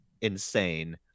insane